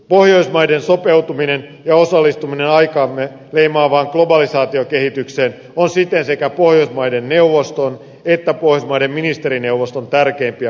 pohjoismaiden sopeutuminen ja osallistuminen aikaamme leimaavaan globalisaatiokehitykseen on siten sekä pohjoismaiden neuvoston että pohjoismaiden ministerineuvoston tärkeimpiä painopistealueita